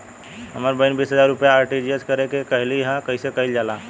हमर बहिन बीस हजार रुपया आर.टी.जी.एस करे के कहली ह कईसे कईल जाला?